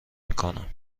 میکنم